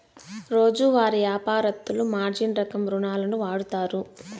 రోజువారీ యాపారత్తులు మార్జిన్ రకం రుణాలును వాడుతారు